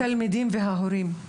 התלמידים וההורים.